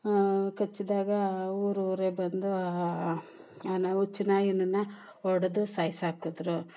ಕಚ್ಚಿದಾಗ ಊರು ಊರೇ ಬಂದು ಆ ಹುಚ್ಚು ನಾಯಿಯನ್ನು ಹೊಡೆದು ಸಾಯಿಸಿ ಹಾಕಿದರು